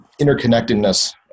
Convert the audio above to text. interconnectedness